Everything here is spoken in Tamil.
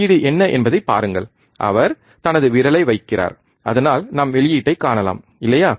வெளியீடு என்ன என்பதை பாருங்கள் அவர் தனது விரலை வைக்கிறார் அதனால் நாம் வெளியீட்டைக் காணலாம் இல்லையா